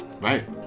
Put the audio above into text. right